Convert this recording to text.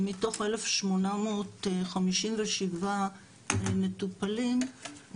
מתוך 1,857 מטופלים.